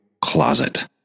closet